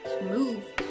move